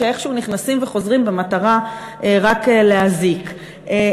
שאיכשהו נכנסים וחוזרים במטרה רק להזיק.